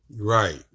Right